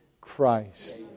Christ